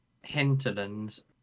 Hinterlands